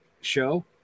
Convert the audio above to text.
show